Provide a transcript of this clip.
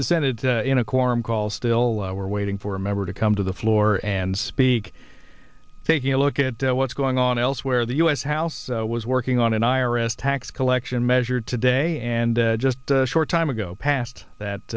senate in a quorum call still we're waiting for a member to come to the floor and speak taking a look at what's going on elsewhere the u s house was working on an i r s tax collection measure today and just a short time ago passed that